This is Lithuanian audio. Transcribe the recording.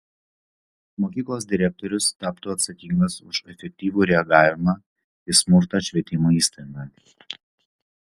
mokyklos direktorius taptų atsakingas už efektyvų reagavimą į smurtą švietimo įstaigoje